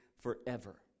forever